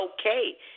okay